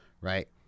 right